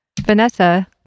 Vanessa